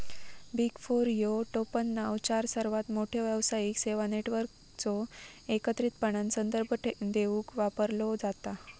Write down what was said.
big four ह्यो टोपणनाव चार सर्वात मोठ्यो व्यावसायिक सेवा नेटवर्कचो एकत्रितपणान संदर्भ देवूक वापरलो जाता